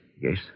Yes